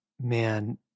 man